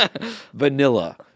Vanilla